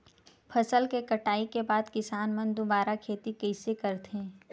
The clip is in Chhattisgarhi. फसल के कटाई के बाद किसान मन दुबारा खेती कइसे करथे?